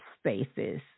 spaces